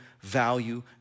value